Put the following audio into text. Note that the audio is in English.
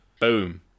boom